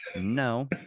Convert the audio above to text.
No